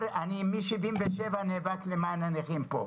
משנת 1977 נאבק למען הנכים כאן.